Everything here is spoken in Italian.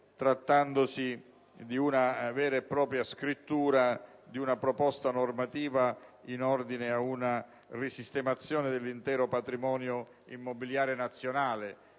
trattandosi della vera e propria scrittura di una proposta normativa in ordine ad una risistemazione dell'intero patrimonio immobiliare nazionale: